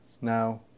now